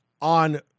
on